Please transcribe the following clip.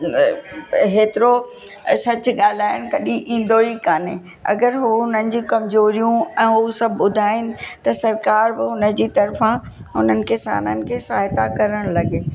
हेतिरो सचु ॻाल्हाइण कॾहिं ईंदो ई काने अगरि उहो हुननि जी कमज़ोरियूं ऐं हू सभु ॿुधाइनि त सरकारि बि हुनजी तर्फ़ां हुननि किसाननि खे सहायता करण लॻे